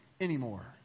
anymore